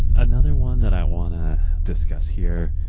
another one that i want to discuss here,